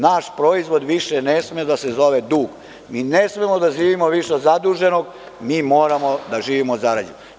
Naš proizvod više ne sme da se zove dug, ne smemo da živimo više od zaduženog, mi moramo da živimo od zarađenog.